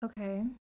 Okay